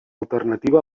alternativa